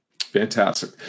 Fantastic